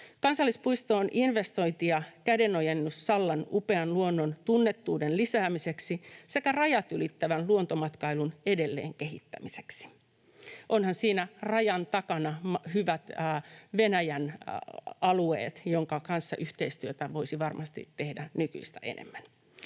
Kansallispuisto on investointi ja kädenojennus Sallan upean luonnon tunnettuuden lisäämiseksi sekä rajat ylittävän luontomatkailun edelleen kehittämiseksi. Onhan siinä rajan takana hyvät Venäjän alueet, joiden kanssa yhteistyötä voisi varmasti tehdä nykyistä enemmän.